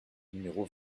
numéro